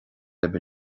libh